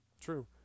True